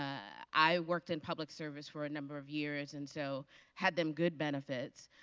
i i worked in public service for a number of years, and so had them good benefits